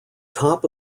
top